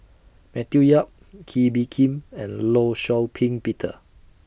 Matthew Yap Kee Bee Khim and law Shau Ping Peter